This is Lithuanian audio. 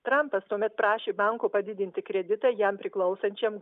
trampas tuomet prašė banko padidinti kreditą jam priklausančiam